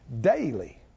daily